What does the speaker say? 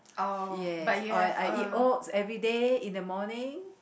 yes or I eat oats everyday in the morning